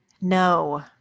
no